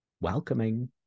Welcoming